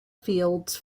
fields